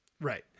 Right